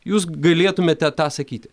jūs galėtumėte tą sakyti